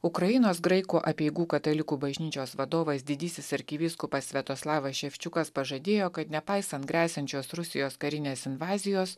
ukrainos graikų apeigų katalikų bažnyčios vadovas didysis arkivyskupas sviatoslavas ševčiukas pažadėjo kad nepaisant gresiančios rusijos karinės invazijos